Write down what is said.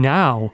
now